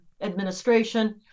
administration